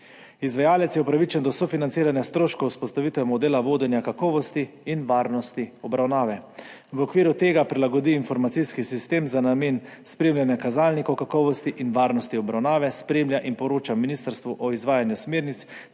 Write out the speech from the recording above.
Izvajalec je upravičen do sofinanciranja stroškov vzpostavitve modela vodenja kakovosti in varnosti obravnave. V okviru tega prilagodi informacijski sistem za namen spremljanja kazalnikov kakovosti in varnosti obravnave, spremlja in poroča ministrstvu o izvajanju smernic